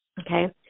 okay